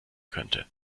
könnte